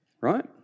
right